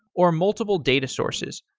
or multiple data sources.